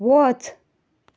वच